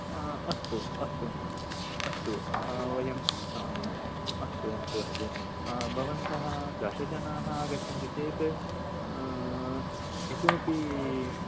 अस्तु अस्तु अस्तु वयं अस्तु अस्तु अस्तु भवन्तः दशजनाः आगच्छन्ति चेत् इतोऽपि